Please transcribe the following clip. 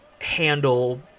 handle